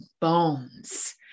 bones